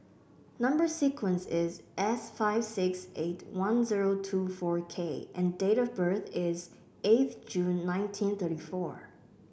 number sequence is S five six eight one zero two four K and date of birth is eighth June nineteen thirty four